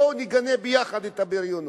בואו נגנה ביחד את הבריונות.